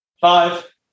five